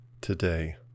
today